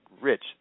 rich